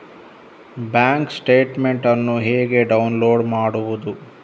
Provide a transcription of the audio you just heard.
Bank statement ಅನ್ನು ಹೇಗೆ download ಮಾಡುವುದು?